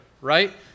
right